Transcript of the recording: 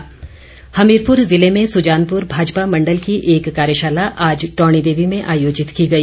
धुमल हमीरपुर जिले में सुजानपुर भाजपा मण्डल की एक कार्यशाला आज टौणीदेवी में आयोजित की गई